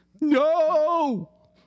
no